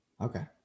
Okay